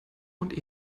und